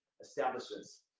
establishments